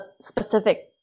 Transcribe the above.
specific